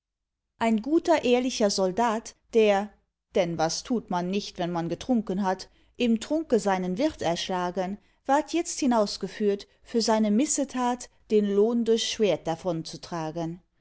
ein guter ehrlicher soldat der denn was tut man nicht wenn man getrunken hat im trunke seinen wirt erschlagen ward itzt hinausgeführt für seine missetat den lohn durchs schwert davonzutragen er